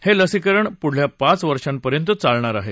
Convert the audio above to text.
हे लसीकरण पुढल्या पाच वर्षापर्यंत चालणार आहे